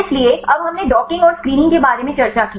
इसलिए अब हमने डॉकिंग और स्क्रीनिंग के बारे में चर्चा की